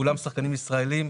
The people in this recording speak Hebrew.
כולם שחקנים ישראלים,